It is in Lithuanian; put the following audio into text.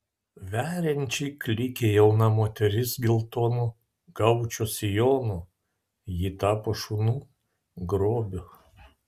veriančiai klykė jauna moteris geltonu gaučo sijonu ji tapo šunų grobiu